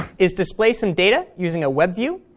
is display some data using a web view,